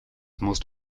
most